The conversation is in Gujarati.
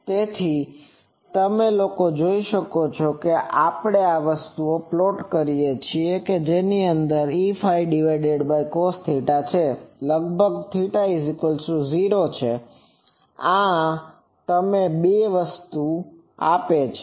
તેથી જ લોકો તેને આની જેમ પ્લોટ કરે છે કે Eɸcosθ તેથી લગભગ θ0 છે આ તમને બે વસ્તુ આપે છે